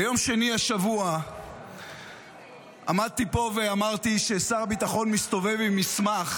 ביום שני השבוע עמדתי פה ואמרתי ששר הביטחון מסתובב עם מסמך